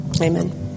Amen